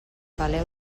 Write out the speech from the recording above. peleu